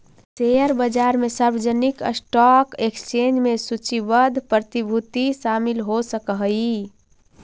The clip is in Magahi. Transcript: शेयर बाजार में सार्वजनिक स्टॉक एक्सचेंज में सूचीबद्ध प्रतिभूति शामिल हो सकऽ हइ